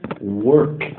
Work